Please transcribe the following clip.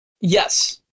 Yes